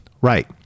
right